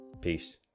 Peace